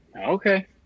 Okay